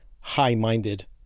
high-minded